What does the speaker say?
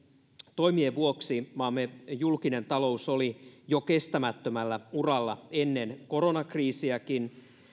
toimien vuoksi maamme julkinen talous oli kestämättömällä uralla jo ennen koronakriisiäkin